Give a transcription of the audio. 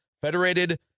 Federated